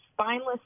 spineless